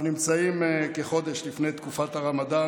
אנחנו נמצאים כחודש לפני תקופת הרמדאן,